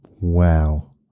Wow